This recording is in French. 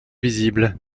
visibles